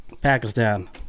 Pakistan